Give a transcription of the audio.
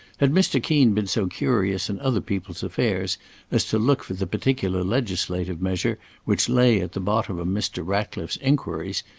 had mr. keen been so curious in other people's affairs as to look for the particular legislative measure which lay at the bottom of mr. ratcliffe's inquiries,